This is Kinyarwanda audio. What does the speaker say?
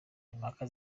impaka